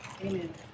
Amen